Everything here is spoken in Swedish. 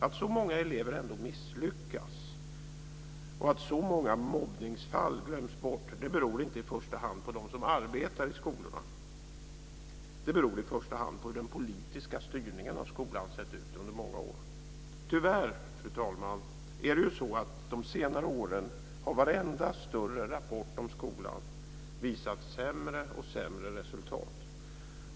Att så många elever ändå misslyckas och att så många mobbningsfall glöms bort beror inte i första hand på dem som arbetar i skolorna. Det beror i första hand på hur den politiska styrningen av skolan har sett ut under många år. Tyvärr, fru talman, har varenda större rapport om skolan de senare åren visat sämre och sämre resultat.